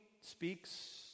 speaks